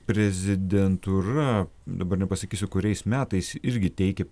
prezidentūra dabar nepasakysiu kuriais metais irgi teikia